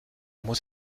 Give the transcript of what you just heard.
muss